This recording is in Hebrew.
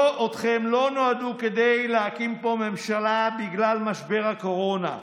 לא נועדו כדי להקים פה ממשלה בגלל משבר הקורונה.